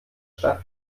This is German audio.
stadt